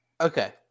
Okay